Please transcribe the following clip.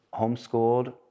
homeschooled